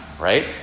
right